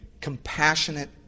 compassionate